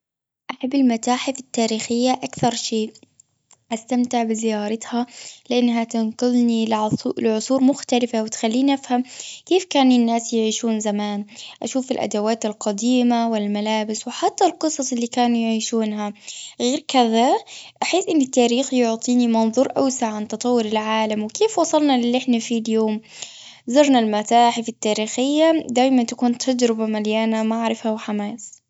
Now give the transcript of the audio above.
أحب المتاحف التاريخية أكثر شيء. أستمتع بزيارتها، لأنها تنقلني لعثو- لعصور مختلفة، وتخليني أفهم، كيف كان الناس يعيشون زمان. اشوف الأدوات القديمة والملابس، وحتى القصص اللي كانوا يعيشونها. غير كذا، أحس إن التاريخ يعطيني منظور أوسع، عن تطور العالم وكيف وصلنا للي احنا فيه اليوم. زرنا المتاحف التاريخة، دايماً تكون تجربة مليانة معرفة وحماس.